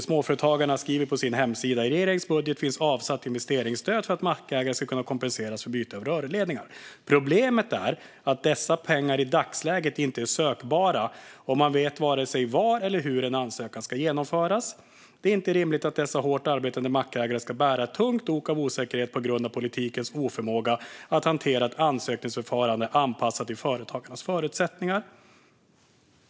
Småföretagarnas Riksförbund skriver: "I regeringens budget finns avsatt investeringsstöd för att mackägare ska kunna kompenseras för byte av rörledningar. Problemet är att dessa pengar i dagsläget inte är sökbara och man vet vare sig var eller hur en ansökan ska genomföras. Det är inte rimligt att dessa hårt arbetande mackägare ska bära ett tungt ok av osäkerhet på grund av politikens oförmåga att hantera ett ansökningsförfarande anpassat till företagarnas förutsättningar."